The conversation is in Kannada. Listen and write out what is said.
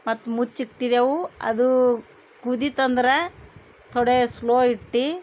ಮತ್ತು ಮುಚ್ಚಿಟ್ಟಿದೆವು ಅದು ಕುದಿತಂದ್ರೆ ಥೊಡೆ ಸ್ಲೋ ಇಟ್ಟು